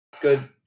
good